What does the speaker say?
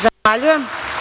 Zahvaljujem.